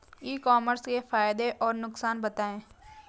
ई commerce के फायदे और नुकसान बताएँ?